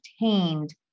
obtained